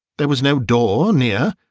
there was no door near,